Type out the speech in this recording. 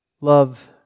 love